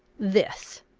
this!